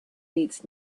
needs